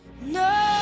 No